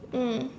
mm